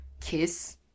kiss